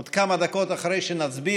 עוד כמה דקות, אחרי שנצביע,